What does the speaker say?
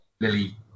Lily